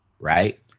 right